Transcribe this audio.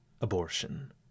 abortion